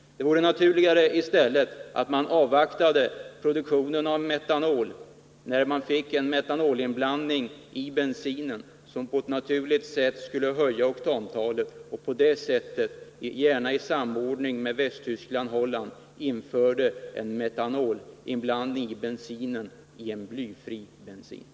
Det vore naturligare att i stället avvakta produktionen av metanol, så att man kunde få en metanolinblandning i bensinen som på ett naturligt sätt skulle höja oktantalet. På det sättet skulle man, gärna i samordning med Västtyskland och Holland, kunna införa blyfri bensin med metanolinblandning.